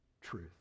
truth